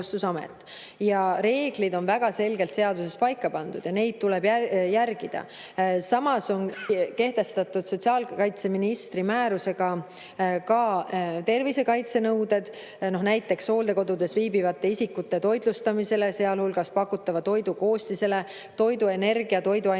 Reeglid on väga selgelt seaduses paika pandud ja neid tuleb järgida. Samas on sotsiaalkaitseministri määrusega kehtestatud ka tervisekaitse nõuded, näiteks hooldekodus viibivate isikute toitlustamisele, sealhulgas pakutava toidu koostisele, toiduenergiale, toiduainesisaldusele,